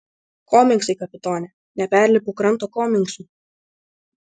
komingsai kapitone neperlipu kranto komingsų